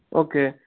okay